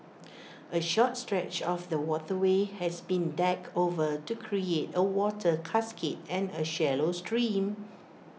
A short stretch of the waterway has been decked over to create A water cascade and A shallow stream